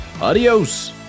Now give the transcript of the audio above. adios